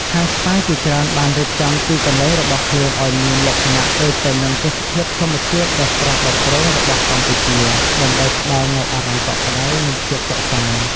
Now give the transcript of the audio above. ហាងស្ប៉ាជាច្រើនបានរៀបចំទីកន្លែងរបស់ខ្លួនឲ្យមានលក្ខណៈដូចទៅនឹងទេសភាពធម្មជាតិដ៏ស្រស់បំព្រងរបស់កម្ពុជា ដើម្បីផ្តល់នូវអារម្មណ៍កក់ក្តៅ និងភាពសុខសាន្ត។